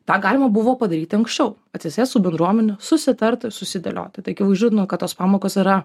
tą galima buvo padaryti anksčiau atsisėst su bendruomene susitarti susidėlioti taikiau žino kad tos pamokos yra